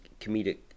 comedic